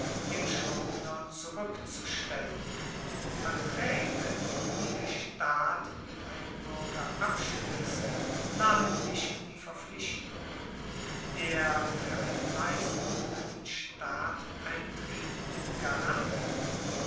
dem schuldner zurueckzustellen vertraege die der staat mit einem buerger abschliesst namentlich die verpflichtung der fuer eine leistung an den staat eintretenden garanten